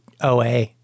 OA